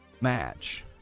Match